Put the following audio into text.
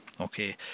Okay